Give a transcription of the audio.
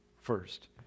first